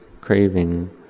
craving